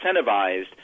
incentivized